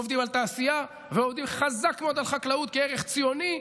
עובדים על תעשייה ועובדים חזק מאוד על חקלאות כערך ציוני.